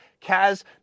Kaz